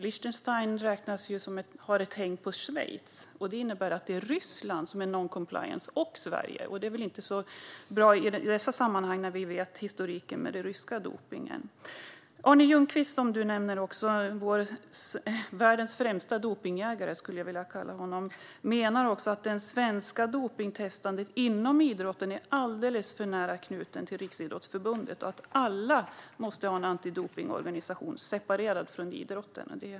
Lichtenstein har ett så att säga häng på Schweiz. Det innebär att det är Ryssland och Sverige som är non-compliance, och det är väl inte så bra i detta sammanhang när vi känner till historiken med den ryska dopningen. Arne Ljunqvist - världens främste dopningsjägare, skulle jag vilja kalla honom - menar också att det svenska dopningstestandet inom idrotten är alldeles för nära knutet till Riksidrottsförbundet. Alla måste ha en antidopningsorganisation separerad från idrotten.